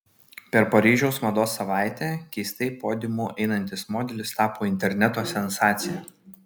per paryžiaus mados savaitę keistai podiumu einantis modelis tapo interneto sensacija